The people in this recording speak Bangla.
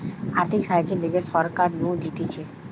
আর্থিক সাহায্যের লিগে সরকার নু দিতেছে